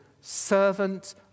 servant